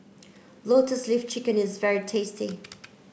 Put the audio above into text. lotus leaf chicken is very tasty